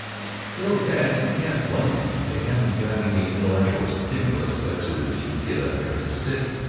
still, at that, you can't blame em. they haven't got any intellectual stimulus such as you get up here in the city,